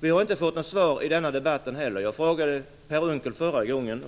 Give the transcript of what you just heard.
Vi har inte heller i denna debatt fått något svar på den fråga som jag också ställde till Per Unckel i förra debatten.